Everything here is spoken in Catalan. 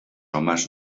homes